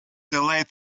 delayed